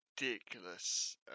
ridiculous